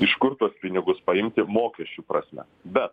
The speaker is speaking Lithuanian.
iš kur tuos pinigus paimti mokesčių prasme bet